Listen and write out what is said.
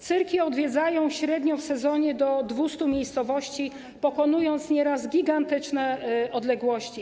Cyrki odwiedzają średnio w sezonie do 200 miejscowości, pokonując nieraz gigantyczne odległości.